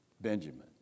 Benjamin